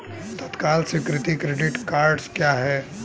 तत्काल स्वीकृति credit cards क्या हैं?